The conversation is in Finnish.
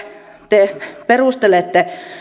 te perustelette